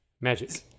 Magic